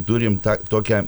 turim tą tokią